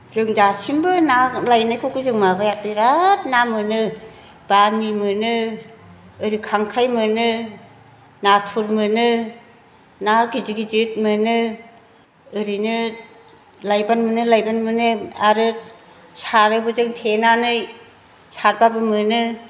जों दासिमबो ना लायनायखौ जों माबाया बिराद ना मोनो बामि मोनो ओरै खांख्राइ मोनो नाथुर मोनो ना गिदिर गिदिर मोनो ओरैनो लायबानो मोनो लायबानो मोनो आरो सारोबो जों थेनानै सारब्लाबो मोनो